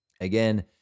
Again